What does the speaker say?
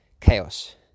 chaos